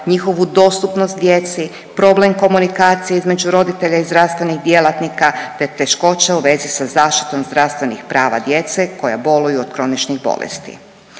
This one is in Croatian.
njihovu dostupnost djeci, problem komunikacije između roditelja i zdravstvenih djelatnika, te teškoće u vezi sa zaštitom zdravstvenih prava djece koja boluju od kroničnih bolesti.